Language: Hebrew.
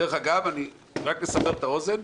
דרך אגב, רק לסבר את האוזן,